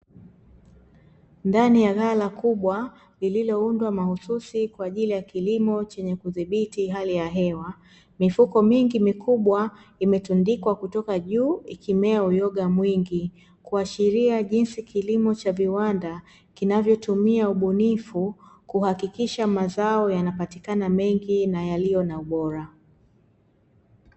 Ndani ya ghala kubwa lililoundwa mahususi kwa ajili ya kilimo chenye kudhibiti hali ya hewa. Mifuko mingi mikubwa imetundikwa kutoka juu ikimea uyoga mwingi, kuashiria jinsi kilimo cha viwanda kinavyotumia ubunifu, kuhakikisha mazao yanapatikana mengi na yaliyo na ubora.